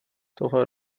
tohle